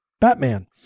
Batman